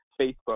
Facebook